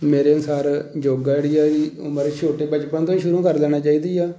ਮੇਰੇ ਅਨੁਸਾਰ ਯੋਗਾ ਜਿਹੜੀ ਆ ਜੀ ਉਮਰ ਛੋਟੇ ਬਚਪਨ ਤੋਂ ਸ਼ੁਰੂ ਕਰ ਦੇਣਾ ਚਾਹੀਦਾ ਆ